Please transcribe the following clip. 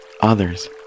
others